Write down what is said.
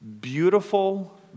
beautiful